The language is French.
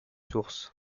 sources